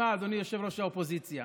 שמע, אדוני ראש האופוזיציה,